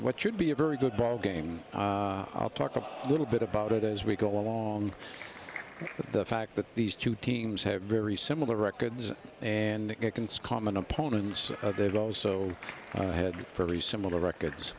what should be a very good ball game i'll talk a little bit about it as we go along with the fact that these two teams have very similar records and common opponents they've also had very similar records